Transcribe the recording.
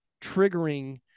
triggering